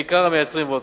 בעיקר המייצרים וודקה.